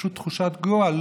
פשוט תחושת גועל.